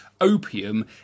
opium